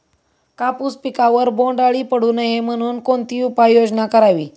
कापूस पिकावर बोंडअळी पडू नये म्हणून कोणती उपाययोजना करावी?